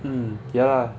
um ya